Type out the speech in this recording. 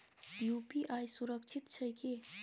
UPI सुरक्षित छै की?